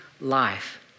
life